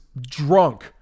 drunk